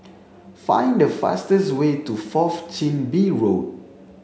find the fastest way to Fourth Chin Bee Road